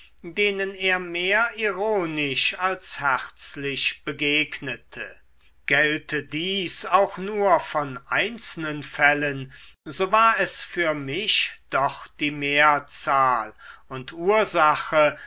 denen er mehr ironisch als herzlich begegnete gälte dies auch nur von einzelnen fällen so war es für mich doch die mehrzahl und ursache